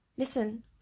listen